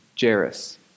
Jairus